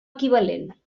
equivalent